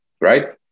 right